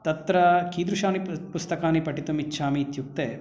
तत्र कीदृशानि पु पुस्तकानि पठितुम् इच्छामि इत्युक्ते